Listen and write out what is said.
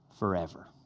forever